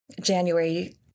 January